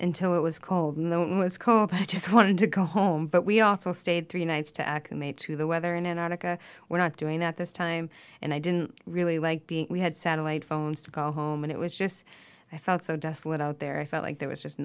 until it was cold and then was cold and i just wanted to go home but we also stayed three nights to acclimate to the weather in antarctica we're not doing that this time and i didn't really like we had satellite phones to call home and it was just i felt so desolate out there i felt like there was just